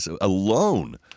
alone